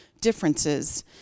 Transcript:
differences